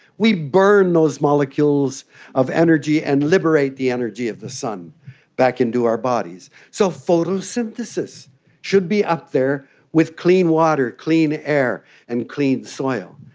we burn those molecules of energy and liberate the energy of the sun back into our bodies. so photosynthesis should be up there with clean water, clean air and clean soil.